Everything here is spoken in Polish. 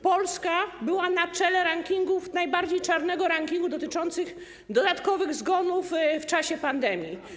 Polska była na czele rankingu, najbardziej czarnego rankingu dotyczącego dodatkowych zgonów w czasie pandemii.